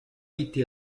été